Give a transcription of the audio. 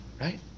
right